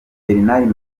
bernard